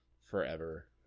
forever